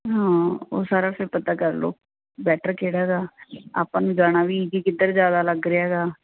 ਹਾਂ ਉਹ ਸਾਰਾ ਫਿਰ ਪਤਾ ਕਰ ਲਓ ਬੈਟਰ ਕਿਹੜਾ ਗਾ ਆਪਾਂ ਨੂੰ ਜਾਣਾ ਵੀ ਈਜ਼ੀ ਕਿੱਧਰ ਜ਼ਿਆਦਾ ਲੱਗ ਰਿਹਾ ਗਾ